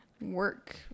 work